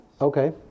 Okay